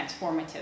transformative